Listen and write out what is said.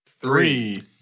three